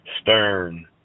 Stern –